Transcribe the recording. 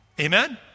Amen